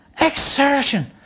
Exertion